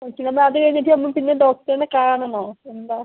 okay നമ്മൾ അത് കഴിഞ്ഞിട്ട് നമ്മള് പിന്നെ ഡോക്ടറിനെ കാണണോ എന്താ